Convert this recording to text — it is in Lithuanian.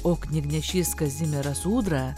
o knygnešys kazimieras ūdra